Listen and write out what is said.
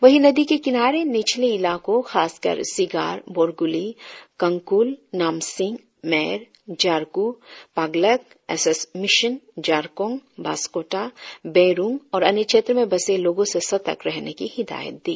वही नदी के किनारे निचले इलाको खासकर Sigar Borguli Kangkul Namsing Mer Jarak Pagalek S S mission Jarkong Bansakota Berung और अन्य क्षेत्र में बसे लोगो से सर्तक रहने की हिदायत दी